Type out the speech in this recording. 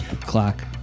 Clock